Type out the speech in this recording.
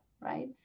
right